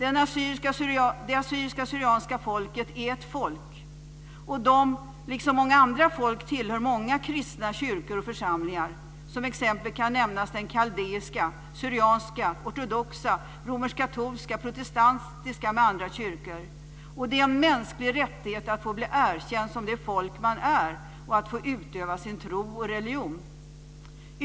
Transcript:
Det assyriska/syrianska folket är ett folk, men liksom många andra folk tillhör det många kristna kyrkor och församlingar. Som exempel kan nämnas den kaldeiska, den syrianska, den ortodoxa, den romerskkatolska och den protestantiska kyrkan. Det är en mänsklig rättighet för ett folk att bli erkänt som det folk det är och att få utöva sin tro och sin religion.